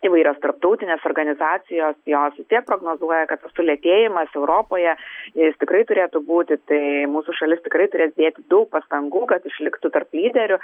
įvairios tarptautinės organizacijos jos vis tiek prognozuoja kad sulėtėjimas europoje jis tikrai turėtų būti tai mūsų šalis tikrai turės dėti daug pastangų kad išliktų tarp lyderių